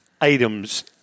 items